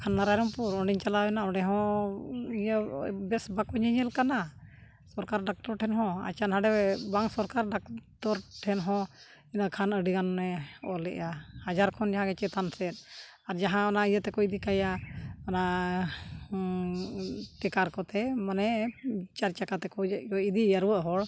ᱠᱷᱟᱱ ᱱᱟᱨᱟᱭᱚᱢᱯᱩᱨ ᱚᱸᱰᱮᱧ ᱪᱟᱞᱟᱣ ᱮᱱᱟ ᱚᱸᱰᱮᱦᱚᱸ ᱤᱭᱟᱹ ᱵᱮᱥ ᱵᱟᱠᱚ ᱧᱮᱧᱮᱞ ᱠᱟᱱᱟ ᱥᱚᱨᱠᱟᱨᱤ ᱰᱟᱠᱛᱚᱨ ᱴᱷᱮᱱ ᱦᱚᱸ ᱟᱪᱷᱟ ᱱᱟᱸᱰᱮ ᱵᱟᱝ ᱥᱚᱨᱠᱟᱨ ᱰᱟᱠᱛᱚᱨ ᱴᱷᱮᱱ ᱦᱚᱸ ᱤᱱᱟᱹᱠᱷᱟᱱ ᱟᱹᱰᱤᱜᱟᱱᱮ ᱚᱞ ᱮᱫᱟ ᱦᱟᱡᱟᱨ ᱠᱷᱚᱱ ᱡᱟᱦᱟᱸᱜᱮ ᱪᱮᱛᱟᱱ ᱥᱮᱫ ᱟᱨ ᱡᱟᱦᱟᱸ ᱚᱱᱟ ᱤᱭᱟᱹ ᱛᱮᱠᱚ ᱤᱫᱤ ᱠᱟᱭᱟ ᱚᱱᱟ ᱴᱮᱠᱟᱨ ᱠᱚᱛᱮ ᱢᱟᱱᱮ ᱪᱟᱨ ᱪᱟᱠᱟ ᱛᱮᱠᱚ ᱡᱮ ᱠᱚ ᱤᱫᱤᱭᱮᱭᱟ ᱨᱩᱣᱟᱹᱜ ᱦᱚᱲ